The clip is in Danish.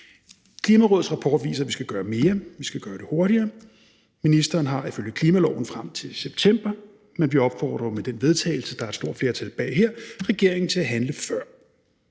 Klimarådets rapport viser, at vi skal gøre mere, og at vi skal gøre det hurtigere. Ministeren har ifølge klimaloven frem til september, men vi opfordrer jo med det forslag til vedtagelse, som der er et stort flertal bag her, regeringen til at handle før.